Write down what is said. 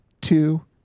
two